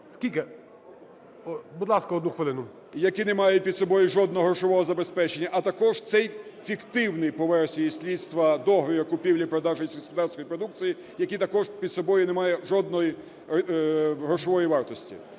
Скільки? Будь ласка, одну хвилину. ЛУЦЕНКО Ю.В. …які не мають під собою жодного живого забезпечення, а також цей фіктивний, по версії слідства, договір купівлі-продажу сільськогосподарської продукції, який також під собою не має жодної грошової вартості.